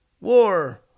war